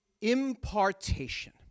Impartation